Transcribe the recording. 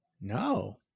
No